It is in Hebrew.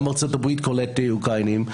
גם ארה"ב קולטת אוקראינים,